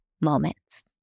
moments